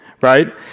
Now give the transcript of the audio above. Right